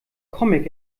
comic